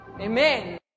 Amen